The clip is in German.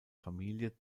familie